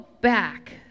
back